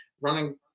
running